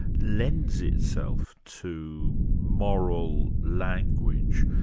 lends itself to moral language,